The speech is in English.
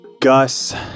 Gus